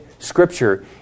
scripture